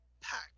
pack